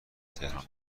تهران